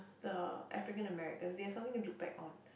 the African Americans they have something to look back on